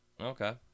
Okay